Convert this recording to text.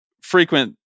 frequent